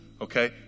Okay